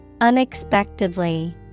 Unexpectedly